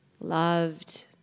loved